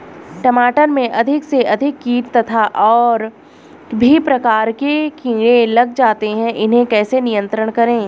टमाटर में अधिक से अधिक कीट तथा और भी प्रकार के कीड़े लग जाते हैं इन्हें कैसे नियंत्रण करें?